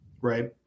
right